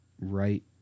right